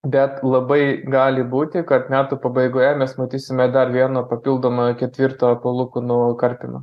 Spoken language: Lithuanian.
bet labai gali būti kad metų pabaigoje mes matysime dar vieną papildomą ketvirtą palūkanų karpymą